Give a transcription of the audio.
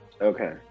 Okay